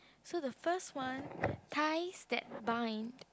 so the first one ties that binds